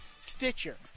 Stitcher